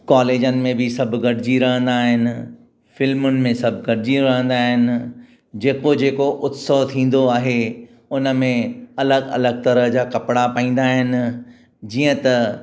कॉलेजनि में बि सभु गॾिजी रहंदा आहिनि फ़िल्मुनि में सभु गॾिजी वेंदा अहिन जेको जेको उत्सव थींदो आहे उनमें अलॻि अलॻि तरह जा कपिड़ा पाईंदा आहिनि जीअं त